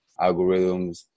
algorithms